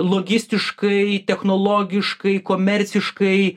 logistiškai technologiškai komerciškai